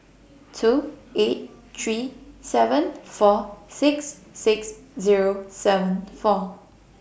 two eight three seven four six six Zero seven four